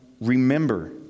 remember